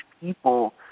people